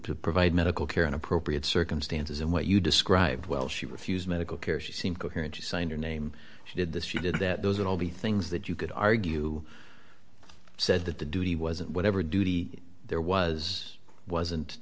to provide medical care in appropriate circumstances and what you described well she refused medical care she seemed coherent she signed her name she did this she did that those are all the things that you could argue said that the duty wasn't whatever duty there was wasn't